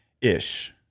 Ish